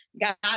got